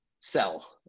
sell